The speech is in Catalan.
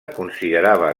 considerava